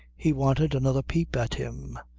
he wanted another peep at him.